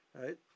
right